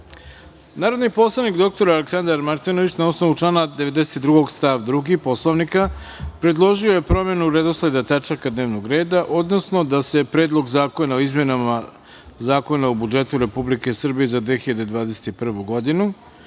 predlog. Narodni poslanik dr Aleksandar Martinović, na osnovu člana 92. stav 2. Poslovnika, predložio je promenu redosleda tačaka dnevnog reda, odnosno da se Predlog zakona o izmenama Zakona o budžetu Republike Srbije za 2021. godinu,